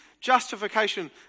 justification